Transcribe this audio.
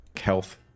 Health